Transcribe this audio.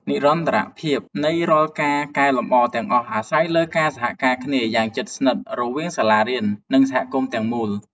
និរន្តរភាពនៃរាល់ការកែលម្អទាំងអស់អាស្រ័យលើការសហការគ្នាយ៉ាងជិតស្និទ្ធរវាងសាលារៀន និងសហគមន៍ទាំងមូល។